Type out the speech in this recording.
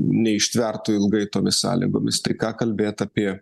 neištvertų ilgai tomis sąlygomis tai ką kalbėt apie